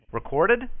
Recorded